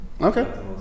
Okay